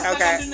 Okay